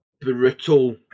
brutal